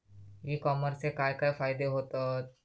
E कॉमर्सचे काय काय फायदे होतत?